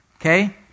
okay